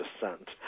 descent